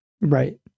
Right